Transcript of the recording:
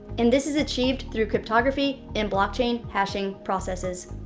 and this is achieved through cryptography and blockchain hashing processes.